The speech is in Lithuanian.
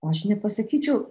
o aš nepasakyčiau